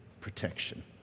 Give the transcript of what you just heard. Protection